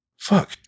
fuck